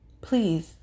Please